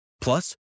Plus